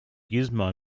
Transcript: gizmo